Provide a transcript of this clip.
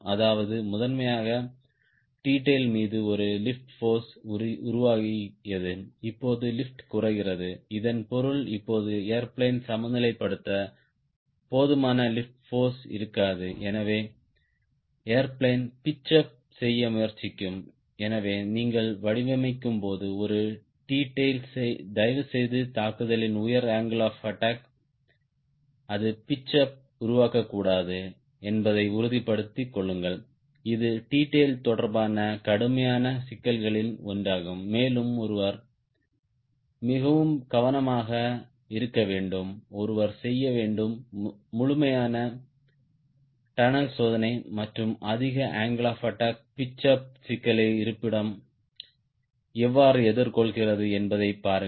அதாவது முன்னதாக T tail மீது ஒரு லிப்ட் ஃபோர்ஸ் உருவாக்கியது இப்போது லிப்ட் குறைக்கிறது இதன் பொருள் இப்போது ஏர்பிளேன் சமநிலைப்படுத்த போதுமான லிப்ட் ஃபோர்ஸ் இருக்காது எனவே ஏர்பிளேன் பிட்ச் அப் செய்ய முயற்சிக்கும் எனவே நீங்கள் வடிவமைக்கும்போது ஒரு T tail தயவுசெய்து தாக்குதலின் உயர் அங்கிள் ஆப் அட்டாக் அது பிட்ச் அப் உருவாக்கக்கூடாது என்பதை உறுதிப்படுத்திக் கொள்ளுங்கள் இது T tail தொடர்பான கடுமையான சிக்கல்களில் ஒன்றாகும் மேலும் ஒருவர் மிகவும் கவனமாக இருக்க வேண்டும் ஒருவர் செய்ய வேண்டும் முழுமையான டன்னல் சோதனை மற்றும் அதிக angle of attack pitch up சிக்கலை இருப்பிடம் எவ்வாறு எதிர்கொள்கிறது என்பதைப் பாருங்கள்